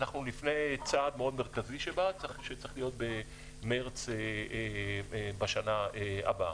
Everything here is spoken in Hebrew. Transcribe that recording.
אנחנו עדיין לפני צעד מאוד מרכזי שלה שצריך להיות במארס בשנה הבאה.